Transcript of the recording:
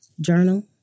journal